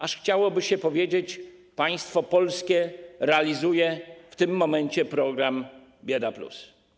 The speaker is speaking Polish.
Aż chciałoby się powiedzieć: państwo polskie realizuje w tym momencie program bieda+.